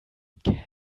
den